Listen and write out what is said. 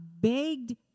begged